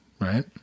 right